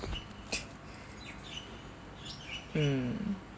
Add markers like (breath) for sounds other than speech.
(breath) (noise) mm